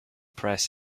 press